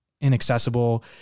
inaccessible